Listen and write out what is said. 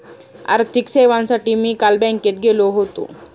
आर्थिक सेवांसाठी मी काल बँकेत गेलो होतो